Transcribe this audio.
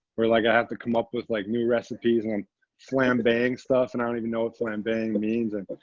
where, like, i have to come up with, like, new recipes and i'm flambeing stuff. and i don't even know what flambeing means. and but